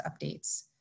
updates